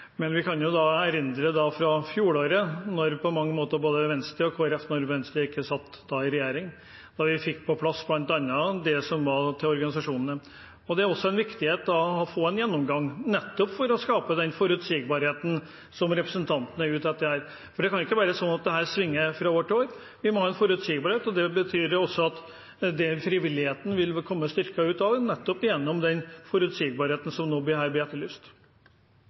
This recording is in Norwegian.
men vi kan jo erindre fra fjoråret, da Venstre og Kristelig Folkeparti – Venstre satt ikke i regjering da – på mange måter fikk på plass bl.a. midler til organisasjonene. Det er viktig å få en gjennomgang nettopp for å skape den forutsigbarheten som representanten er ute etter her. For det kan ikke være sånn at dette svinger fra år til år, vi må ha en forutsigbarhet. Det betyr også at frivilligheten vil komme styrket ut, nettopp gjennom den forutsigbarheten som her blir etterlyst.